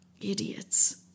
idiots